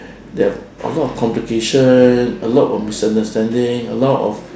there are a lot of competition a lot of misunderstanding a lot of